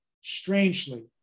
strangely